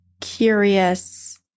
curious